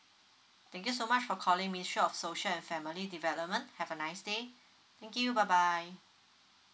thank you so much for calling ministry of social and family development have a nice day thank you bye bye